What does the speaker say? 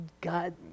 God